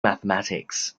mathematics